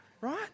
Right